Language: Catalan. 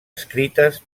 escrites